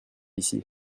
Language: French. ici